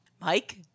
Mike